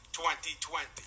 2020